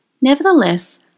Nevertheless